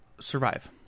survive